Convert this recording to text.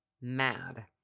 mad